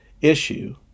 issue